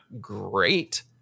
great